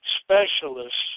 specialists